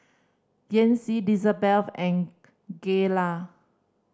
Yancy Lizabete and Gayla